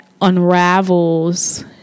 unravels